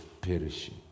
perishing